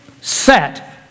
set